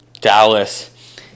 Dallas